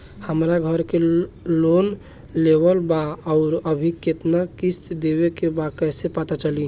हमरा घर के लोन लेवल बा आउर अभी केतना किश्त देवे के बा कैसे पता चली?